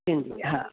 जी हा